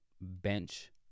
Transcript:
bench